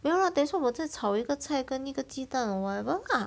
不用 lah 等一下我再炒一个菜跟一个鸡蛋 whatever lah